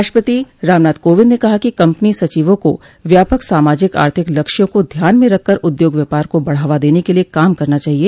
राष्ट्रपति रामनाथ कोविंद ने कहा है कि कंपनी सचिवों को व्यापक सामाजिक आर्थिक लक्ष्यों को ध्यान में रखकर उद्योग व्यापार को बढ़ावा देने क लिए काम करना चाहिए